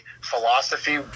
philosophy